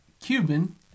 Cuban